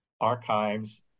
archives